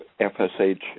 FSH